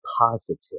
positive